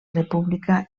república